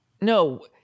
No